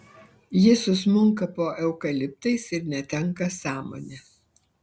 ji susmunka po eukaliptais ir netenka sąmonės